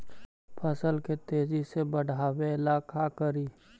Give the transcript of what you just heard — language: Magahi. फसल के तेजी से बढ़ाबे ला का करि?